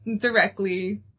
directly